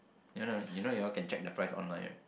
you know you know you all can check the price online right